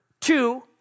two